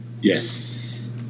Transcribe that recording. yes